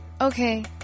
Okay